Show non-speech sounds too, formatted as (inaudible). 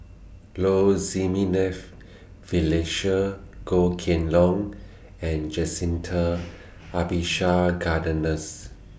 Low Jimenez Felicia Goh Kheng Long and (noise) Jacintha (unintelligible)